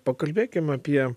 pakalbėkime apie